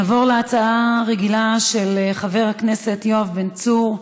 נעבור להצעה רגילה של חבר הכנסת יואב בן צור: